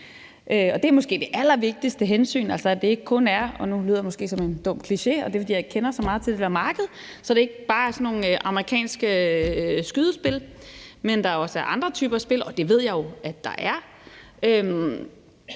Det er måske det allervigtigste hensyn, så det ikke kun er – og nu lyder det måske som en dum kliché, og det er, fordi jeg ikke kender så meget til det marked – sådan nogle amerikanske skydespil, men at der er også andre typer spil. Det ved jeg jo at der er.